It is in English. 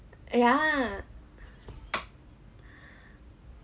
yeah